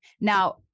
Now